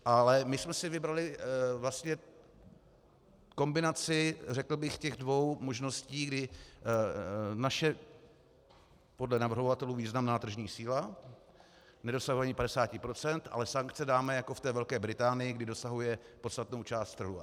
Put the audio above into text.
Ale my jsme si vybrali vlastně kombinaci těch dvou možností, kdy naše podle navrhovatelů významná tržní síla nedosahuje ani 50 %, ale sankce dáme jako ve Velké Británii, kde dosahuje podstatnou část trhu.